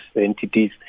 entities